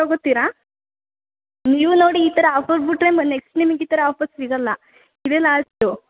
ತಗೊತೀರಾ ನೀವು ನೋಡಿ ಈ ಥರ ಆಫರ್ ಬಿಟ್ರೆ ನೆಕ್ಸ್ಟ್ ನಿಮಗೆ ಈ ಥರ ಆಫರ್ ಸಿಗೊಲ್ಲ ಇದೆ ಲಾಸ್ಟು